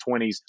20s